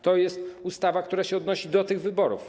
To jest ustawa, która się odnosi do tych wyborów.